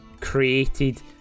created